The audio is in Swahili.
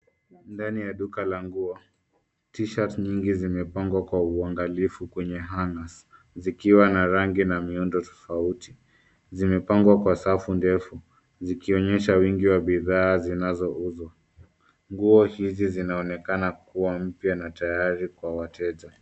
Ndani ya duka la nguo, t-shirts nyingi zimepangwa kwa uangalifu kwenye hangers zikiwa na rangi na miundo tofauti. Zimepangwa kwa safu ndefu, zikionyesha wingi wa bidhaa zinazouzwa. Nguo hizi zinaonekana kuwa mpya na tayari kwa wateja.